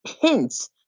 hints